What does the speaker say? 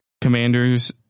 Commanders